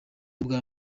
ubwa